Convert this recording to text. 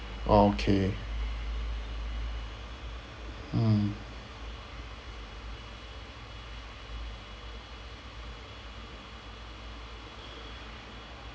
okay mm